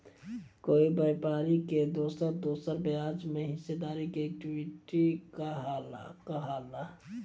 कोई व्यापारी के दोसर दोसर ब्याज में हिस्सेदारी के इक्विटी कहाला